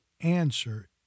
answer